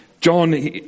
John